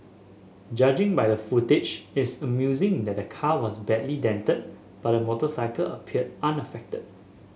judging by the footage it's amusing that the car was badly dented but the motorcycle appeared unaffected